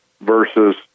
versus